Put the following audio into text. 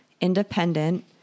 independent